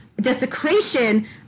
desecration